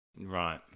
right